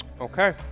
okay